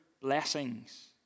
blessings